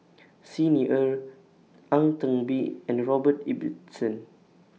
Xi Ni Er Ang Teck Bee and Robert Ibbetson